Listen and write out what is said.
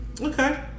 Okay